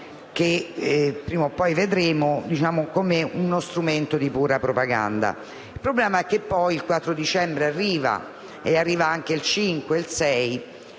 che prima o poi vedremo, come uno strumento di pura propaganda. Il problema è che poi il 4 dicembre arriva, e arrivano anche il 5 e il 6